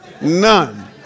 none